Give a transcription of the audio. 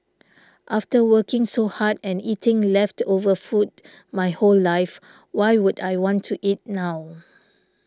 after working so hard and eating leftover food my whole life why would I want to eat it now